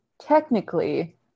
Technically